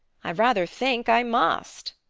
i rather think i must.